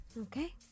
Okay